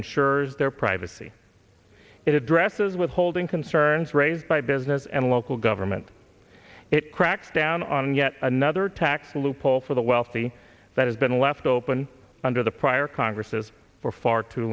insurers their privacy it addresses withholding concerns raised by business and local government it cracks down on yet another tax loophole for the wealthy that has been left open under the prior congresses for far too